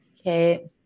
okay